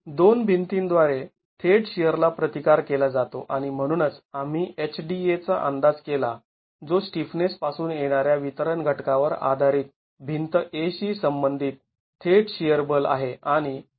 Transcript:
दोन भिंतींद्वारे थेट शिअर ला प्रतिकार केला जातो आणि म्हणूनच आम्ही HDA चा अंदाज केला जो स्टिफनेस पासून येणाऱ्या वितरण घटकावर आधारित भिंत A शी संबंधित थेट शिअर बल आहे